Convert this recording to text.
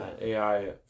AI